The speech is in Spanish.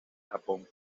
japón